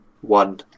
One